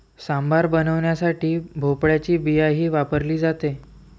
सांबार बनवण्यासाठी भोपळ्याची बियाही वापरली जाते